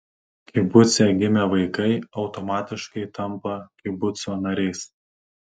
kibuce gimę vaikai automatiškai tampa kibuco nariais